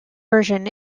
version